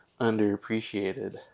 underappreciated